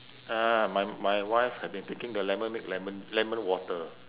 ah my my wife had been taking the lemon make lemon lemon water